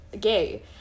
gay